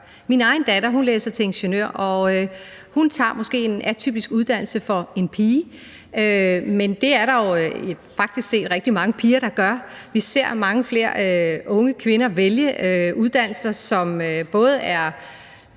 Min egen datter læser til ingeniør, og hun tager måske en atypisk uddannelse for en pige, men det er der jo faktisk rigtig mange piger der gør. Vi ser mange flere unge kvinder vælge uddannelser, som både er